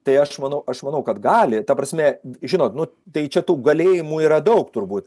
tai aš manau aš manau kad gali ta prasme žinot nu tai čia tų galėjimų yra daug turbūt